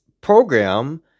program